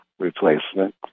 replacement